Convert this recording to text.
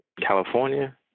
California